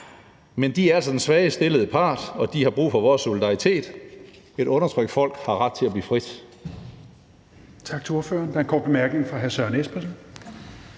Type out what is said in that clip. men de er altså den svageste part, og de har brug for vores solidaritet. Et undertrykt folk har ret til at blive frit.